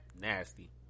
nasty